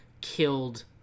killed